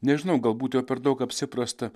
nežinau galbūt jau per daug apsiprasta